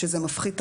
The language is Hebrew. שזה מפחית תחלואה,